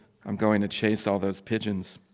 i'm going to chase all those pigeons.